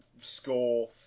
score